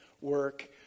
work